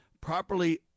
properly